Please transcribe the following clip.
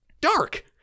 dark